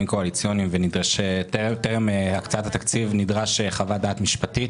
קואליציוניים וטרם הקצאת התקציב נדרשת חוות דעת משפטית,